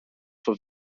for